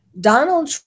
Donald